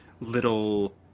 little